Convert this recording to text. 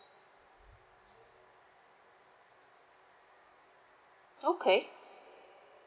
okay